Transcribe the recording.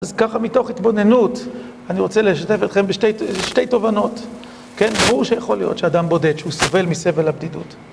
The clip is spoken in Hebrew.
אז ככה, מתוך התבוננות, אני רוצה לשתף אתכם בשתי תובנות כן, ברור שיכול להיות שאדם בודד שהוא סובל מסבל הבדידות